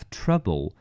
trouble